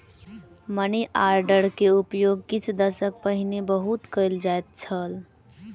money order के उपयोग किछ दशक पहिने बहुत कयल जाइत छल